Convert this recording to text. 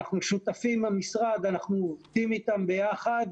אנחנו שותפים במשרד, אנחנו עובדים איתם ביחד.